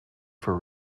for